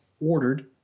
ordered